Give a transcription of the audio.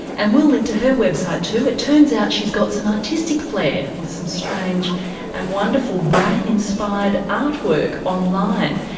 and we'll link to her website too it turns out she's got some artistic flair with some strange and wonderful brain inspired artwork online.